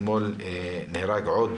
עוד בעניין הזה, אתמול נהרג עוד